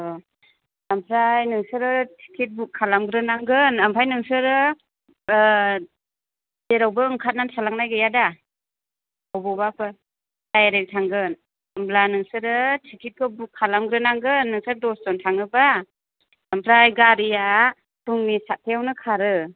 ओमफ्राय नोंसोरो ticket book खालामग्रोनांगोन ओमफ्राय नोंसोरो जेरावबो ओंखारना थालांनाय गैया दा बबावबाफोर दाइरेख थांगोन होनब्ला नोंसोरो थिखिटखौ बुख खालामग्रोनांगोन नोंसोर दस जन थाङोब्ला ओमफ्राय गारिया फुंनि साथथायावनो खारो